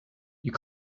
you